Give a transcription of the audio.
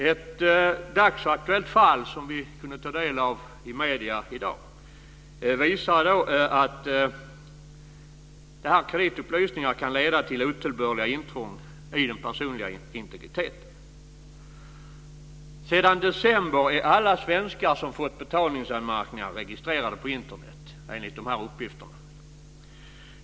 Ett dagsaktuellt fall, som vi kunde ta del av i medierna i dag, visar att kreditupplysningar kan leda till otillbörliga intrång i den personliga integriteten. Sedan december är alla svenskar som fått betalningsanmärkningar registrerade på Internet, enligt de här uppgifterna.